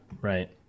right